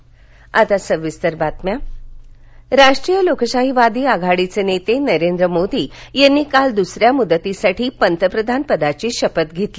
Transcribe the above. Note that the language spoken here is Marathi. शपथग्रहण राष्ट्रीय लोकशाहीवादी आघाडीचे नेते नरेंद्र मोदी यांनी काल दुसऱ्या मुदतीसाठी पंतप्रधानपदाची शपथ घेतली